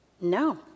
No